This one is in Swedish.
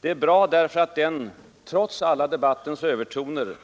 Det är bra därför att den, trots alla övertoner,